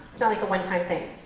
it's not like a one time thing.